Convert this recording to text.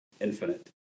infinite